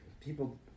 people